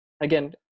again